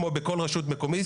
כמו בכל רשות מקומית,